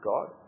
God